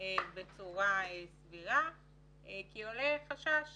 בצורה סבירה כי עולה חשש